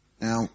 Now